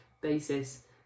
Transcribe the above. basis